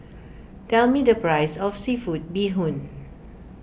tell me the price of Seafood Bee Hoon